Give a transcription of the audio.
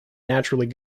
naturally